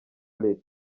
leta